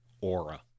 aura